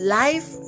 life